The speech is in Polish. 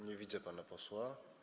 Nie widzę pana posła.